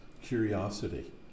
curiosity